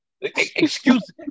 Excuse